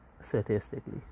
Statistically